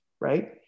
Right